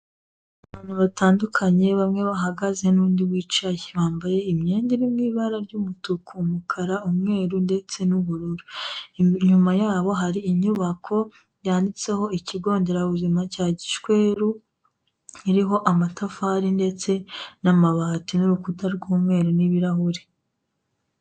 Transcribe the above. Abantu batandukanye bamwe bahagaze n'undi wicaye, bambaye imyenda irimo ibara ry'umutuku, umukara, umweru ndetse n'ubururu. Inyuma yabo hari inyubako yanditseho ikigo nderabuzima cya gishweru iriho amatafari ndetse n'amabati n'urukuta rw'umweru n'ibirahuri.